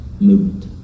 movement